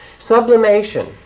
Sublimation